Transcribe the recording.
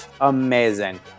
amazing